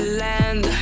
land